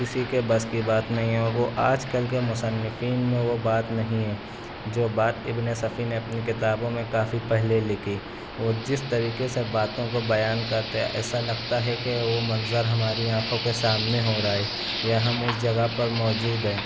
کسی کے بس کی بات نہیں ہے اور وہ آج کل کے مصنفین میں وہ بات نہیں ہے جو بات ابن صفی نے اپنی کتابوں میں کافی پہلے لکھی وہ جس طریقے سے باتوں کو بیان کرتے ہیں ایسا لگتا ہے کہ وہ منظر ہماری آنکھوں کے سامنے ہو رہا ہے یا ہم اس جگہ پر موجود ہیں